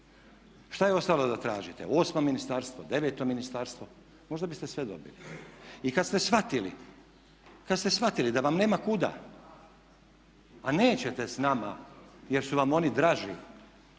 Šta je ostalo da tražite osmo ministarstvo, deveto ministarstvo? Možda biste sve dobili. I kad ste shvatili, kad ste shvatili da vam nema kuda a nećete s nama jer su vam oni draži,